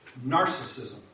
narcissism